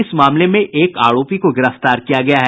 इस मामले में एक आरोपी को गिरफ्तार किया गया है